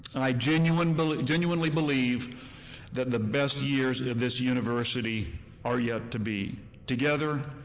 i genuinely believe genuinely believe that the best years of this university are yet to be. together,